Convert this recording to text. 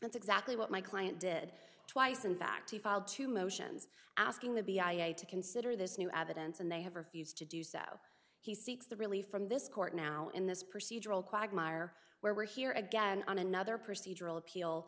that's exactly what my client did twice in fact he filed two motions asking the b i a to consider this new evidence and they have refused to do so he seeks the relief from this court now in this procedural quagmire where we're here again on another procedural appeal